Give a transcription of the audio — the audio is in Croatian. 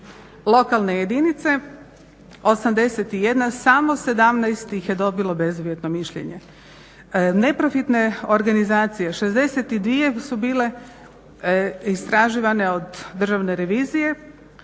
Lokalne jedinice 81, samo 17 ih je dobilo bezuvjetno mišljenje. Neprofitne organizacije, 62 su bile istraživane od državne revizije,